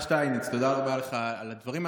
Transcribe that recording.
השר שטייניץ, תודה רבה לך על הדברים.